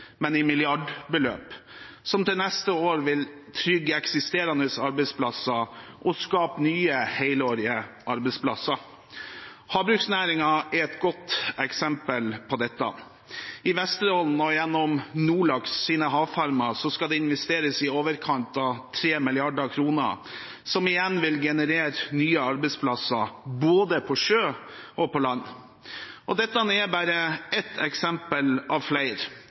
men i milliardbeløp, som til neste år vil trygge eksisterende arbeidsplasser og skape nye helårige arbeidsplasser. Havbruksnæringen er et godt eksempel på det. I Vesterålen, gjennom Nordlaks’ havfarmer, skal det investeres i overkant av 3 mrd. kr, som igjen vil generere nye arbeidsplasser både på sjø og på land. Dette er bare ett eksempel av flere.